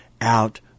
out